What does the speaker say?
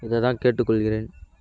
இதை தான் கேட்டுக் கொள்கிறேன்